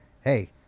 hey